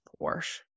Porsche